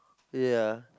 ya